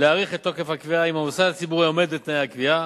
להאריך את תוקף הקביעה אם המוסד הציבורי עומד בתנאי הקביעה,